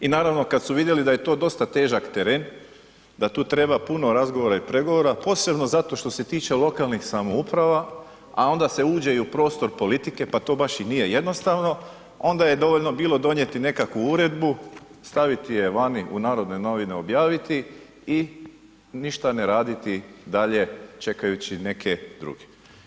I naravno kad su vidjeli da je to dosta težak teren, da tu treba puno razgovora i pregovora, posebno zato što se tiče lokalnih samouprava, a onda se uđe i u prostor politike pa to baš i nije jednostavno, onda je dovoljno bilo donijeti nekakvu uredbu, staviti je vani u Narodne novine objaviti i ništa ne raditi dalje čekajući neke druge.